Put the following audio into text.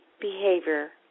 behavior